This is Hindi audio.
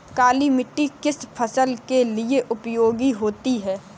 काली मिट्टी किस फसल के लिए उपयोगी होती है?